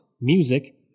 music